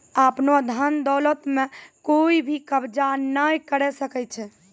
आपनो धन दौलत म कोइ भी कब्ज़ा नाय करै सकै छै